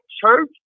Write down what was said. church